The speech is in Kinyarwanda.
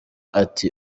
ati